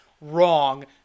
Wrong